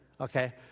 okay